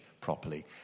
properly